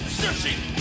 searching